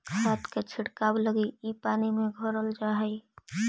खाद के छिड़काव लगी इ पानी में घोरल जा हई